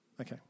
Okay